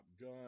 Gun